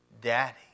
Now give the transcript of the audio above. Daddy